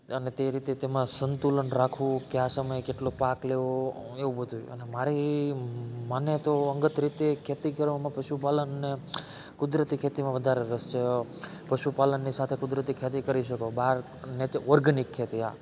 અને તે રીતે તેમાં સંતુલન રાખવું કે કયા સમયે કેટલો પાક લેવો એવું બધુંય અને મારી મને તો અંગત રીતે ખેતી કરવામાં પશુપાલન ને કુદરતી ખેતીમાં વધારે રસ છે પશુપાલનની સાથે કુદરતી ખેતી કરી શકો બહાર ઓર્ગેનિક ખેતી હા